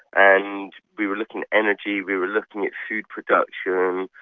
and we were looking at energy, we were looking at food production,